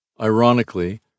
Ironically